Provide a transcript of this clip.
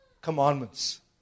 commandments